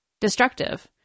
destructive